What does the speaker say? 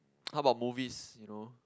how about movies you know